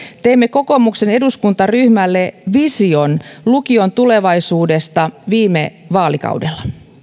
teimme kokoomuksen eduskuntaryhmälle vision lukion tulevaisuudesta viime vaalikaudella